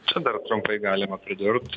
čia dar trumpai galima pridurt